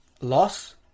loss